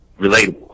relatable